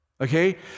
Okay